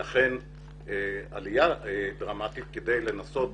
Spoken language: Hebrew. עלייה דרמטית כדי לנסות